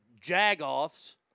jag-offs